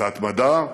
בהתמדה,